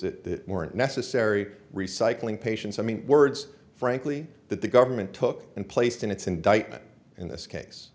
that weren't necessary recycling patients i mean words frankly that the government took and placed in its indictment in this case